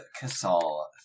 Casal